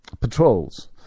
patrols